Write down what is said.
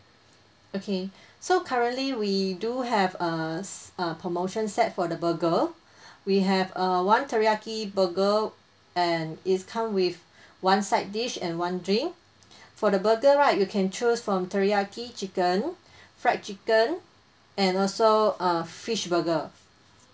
okay so currently we do have err s~ uh promotion set for the burger we have err one teriyaki burger and it's come with one side dish and one drink for the burger right you can choose from teriyaki chicken fried chicken and also uh fish burger